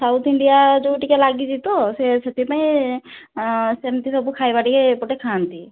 south India ଯେଉଁ ଟିକିଏ ଲାଗିଛି ତ ସେ ସେଥିପାଇଁ ସେମିତି ସବୁ ଖାଇବା ଟିକିଏ ଏପଟେ ଖାଆନ୍ତି